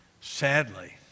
Sadly